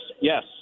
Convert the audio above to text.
yes